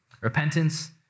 repentance